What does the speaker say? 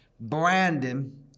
Brandon